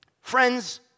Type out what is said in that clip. Friends